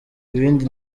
ibindi